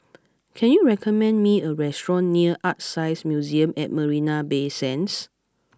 can you recommend me a restaurant near ArtScience Museum at Marina Bay Sands